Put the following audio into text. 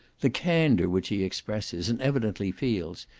the candour which he expresses, and evidently feels,